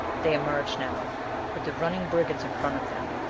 they emerged now with the running brigands in front of them,